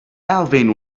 alvin